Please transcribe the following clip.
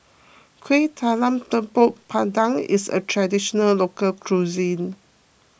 Kuih Talam Tepong Pandan is a Traditional Local Cuisine